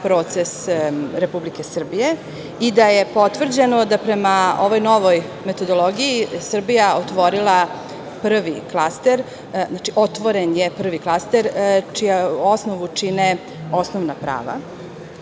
proces Republike Srbije i da je potvrđeno da prema ovoj novoj metodologiji Srbija otvorila prvi klaster, čiju osnovu čine osnovna prava,